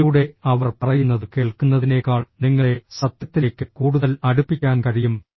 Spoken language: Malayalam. ഇതിലൂടെ അവർ പറയുന്നത് കേൾക്കുന്നതിനേക്കാൾ നിങ്ങളെ സത്യത്തിലേക്ക് കൂടുതൽ അടുപ്പിക്കാൻ കഴിയും